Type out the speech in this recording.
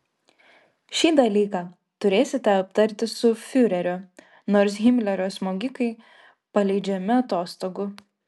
šį dalyką turėsite aptarti su fiureriu nors himlerio smogikai paleidžiami atostogų